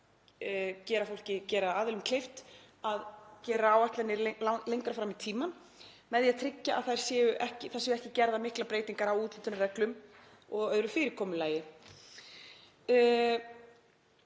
að gera aðilum kleift að gera áætlanir lengra fram í tímann með því að tryggja að það séu ekki gerðar miklar breytingar á úthlutunarreglum og öðru fyrirkomulagi.